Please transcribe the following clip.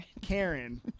Karen